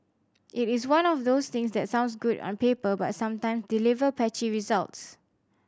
it is one of those things that sounds good on paper but sometime deliver patchy results